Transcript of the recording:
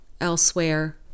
elsewhere